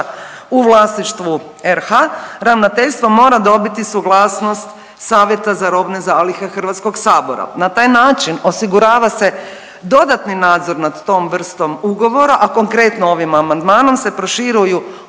u vlasništvu RH ravnateljstvo mora dobiti suglasnost Savjeta za robne zalihe HS. Na taj način osigurava se dodatni nadzor nad tom vrstom ugovora, a konkretno ovim amandmanom se proširuju ovlasti